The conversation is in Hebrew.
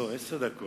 לא, עשר דקות.